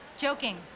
Joking